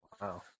Wow